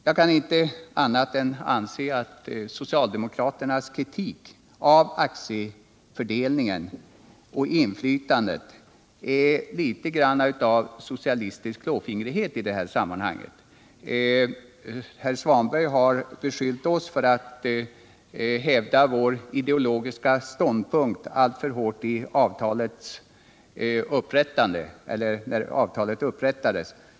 Jag kan inte anse annat än att socialdemokraternas kritik av aktiefördelningen och inflytandet är litet av socialistisk klåfingrighet. Ingvar Svanberg har beskyllt oss i den borgerliga gruppen för att alltför hårt hävda vår ideologiska ståndpunkt när avtalet upprättades.